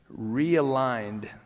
realigned